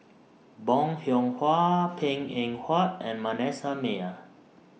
Bong Hiong Hwa Png Eng Huat and Manasseh Meyer